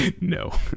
no